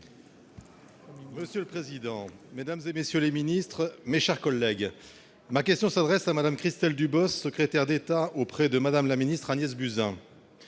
Monsieur le président, mesdames, messieurs les ministres, mes chers collègues, ma question s'adresse à Mme Christelle Dubos, secrétaire d'État auprès de la ministre des